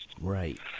Right